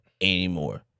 anymore